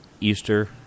easter